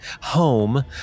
home